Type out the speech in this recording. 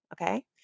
Okay